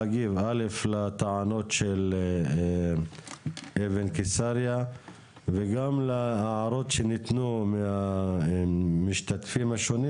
להגיב לטענות של אבן קיסר וגם להערות שניתנו מהמשתתפים השונים